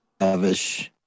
Avish